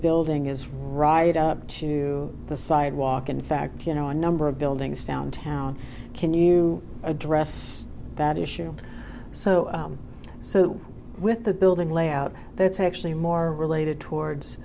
building is right up to the sidewalk in fact you know a number of buildings downtown can you address that issue so so with the building layout it's actually more related